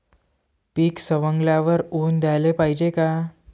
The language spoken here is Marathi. पीक सवंगल्यावर ऊन द्याले पायजे का?